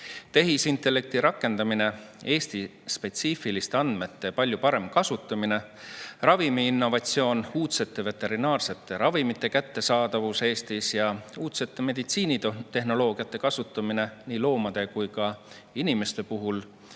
Tehisintellekti rakendamine, Eesti-spetsiifiliste andmete palju parem kasutamine, ravimiinnovatsioon, uudsete veterinaarsete ravimite kättesaadavus Eestis ning uudse meditsiinitehnoloogia kasutamine nii loomade kui ka inimeste puhul